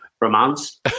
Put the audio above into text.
romance